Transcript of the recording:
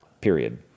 Period